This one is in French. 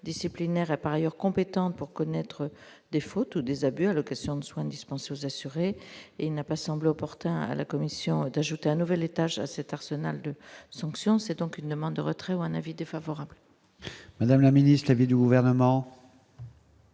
disciplinaire a par ailleurs compétente pour connaître des photos des abus, occasion de soins dispensés aux assurés, il n'a pas semblé opportun à la commission d'ajouter un nouvel étage à cet arsenal de sanctions, c'est donc une demande de retrait ou un avis défavorable. Madame la ministre avait du gouvernement.